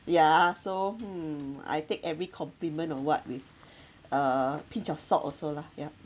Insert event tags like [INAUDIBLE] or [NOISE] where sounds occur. ya so hmm I take every compliment or what with [BREATH] a pinch of salt also lah ya